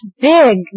big